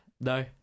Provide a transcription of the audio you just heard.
No